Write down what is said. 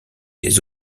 des